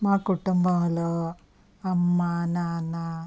మా కుటుంబంలో అమ్మ నాన్న